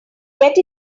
get